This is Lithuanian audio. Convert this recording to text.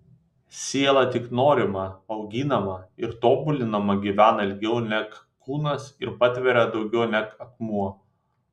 siela tik norima auginama ir tobulinama gyvena ilgiau neg kūnas ir patveria daugiau neg akmuo